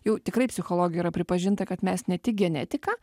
jau tikrai psichologija yra pripažinta kad mes ne tik genetika